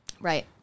Right